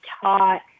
taught